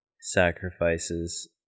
sacrifices